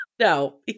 No